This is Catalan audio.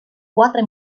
quatre